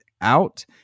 out